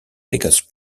biggest